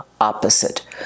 opposite